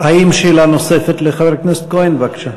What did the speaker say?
האם, שאלה נוספת לחבר הכנסת כהן, בבקשה.